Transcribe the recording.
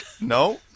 No